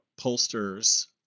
pollsters